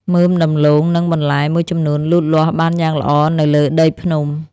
មើមដំឡូង និងបន្លែមួយចំនួនលូតលាស់បានយ៉ាងល្អនៅលើដីភ្នំ។